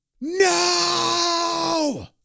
No